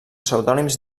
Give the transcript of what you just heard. pseudònims